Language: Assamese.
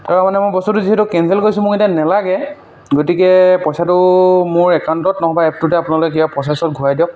তাৰমানে মই বস্তুটো যিহেতু কেনচেল কৰিছো মোক এতিয়া নালাগে গতিকে পইচাটো মোৰ একাউণ্টত নহবা এপটোতে আপোনালোকে কিবা প্ৰচেছত ঘূৰাই দিয়ক